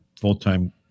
full-time